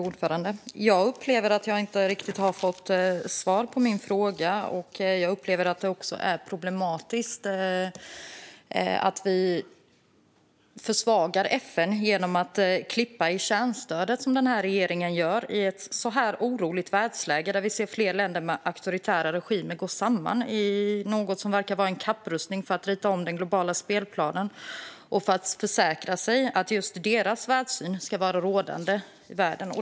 Fru talman! Jag upplever att jag inte riktigt fick svar på min fråga. Jag menar att det är problematiskt att regeringen försvagar FN genom att dra ned på kärnstödet - detta i ett oroligt världsläge när vi ser flera länder med auktoritära regimer gå samman i något som verkar vara en kapprustning för att rita om den globala spelplanen och försäkra sig om att just deras världssyn ska vara rådande.